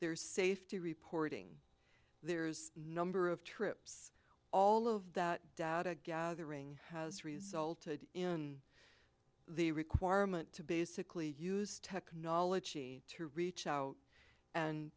there's safety reporting there's number of trips all of that data gathering has resulted in the requirement to basically use technology to reach out and